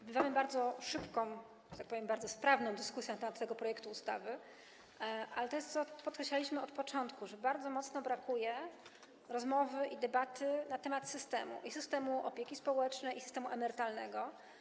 Odbywamy bardzo szybką, że tak powiem, bardzo sprawną dyskusję na temat tego projektu ustawy, ale to jest to, co podkreślaliśmy od początku, że bardzo mocno brakuje rozmowy i debaty na temat systemu - i systemu opieki społecznej, i systemu emerytalnego.